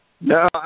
No